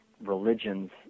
religion's